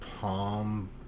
Palm